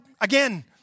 again